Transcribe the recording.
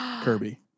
Kirby